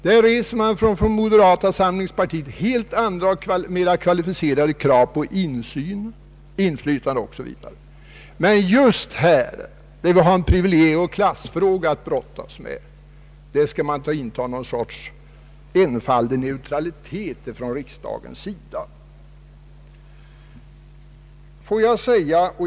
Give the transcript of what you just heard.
Där reser moderata samlingspartiet helt andra och mer kvalificerade krav på insyn, inflytande o. s. v. Men just i en privilegieoch klassfråga som denna anser man att riksdagen skall iaktta ett slags enfaldig neutralitet.